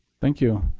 thank you.